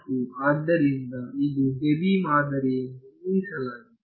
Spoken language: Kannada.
ಮತ್ತು ಆದ್ದರಿಂದ ಇದು ಡೆಬಿ ಮಾದರಿ ಎಂದು ಊಹಿಸಲಾಗಿತ್ತು